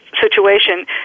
situation